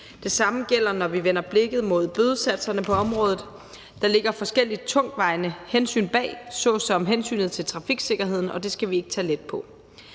Det samme gælder, når vi vender blikket mod bødesatserne på området. Der ligger forskellige tungtvejende hensyn bag såsom hensynet til trafiksikkerheden, og det skal vi ikke tage let på.